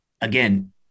again